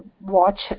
watch